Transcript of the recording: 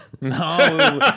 No